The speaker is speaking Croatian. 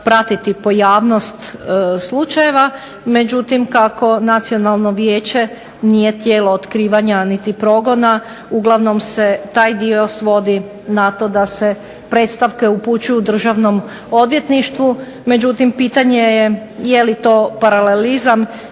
pratiti pojavnost slučajeva. Međutim, kako Nacionalno vijeće nije tijelo otkrivanja niti progona. Uglavnom se taj dio svodi na to da se predstavke upućuju Državnom odvjetništvu. Međutim, pitanje je, je li to paralelizam,